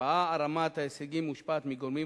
ההשפעה על רמת ההישגים מושפעת מגורמים